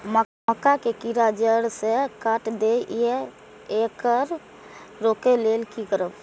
मक्का के कीरा जड़ से काट देय ईय येकर रोके लेल की करब?